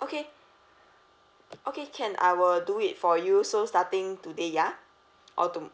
okay okay can I will do it for you so starting today ya or to~